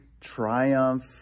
triumph